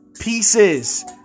pieces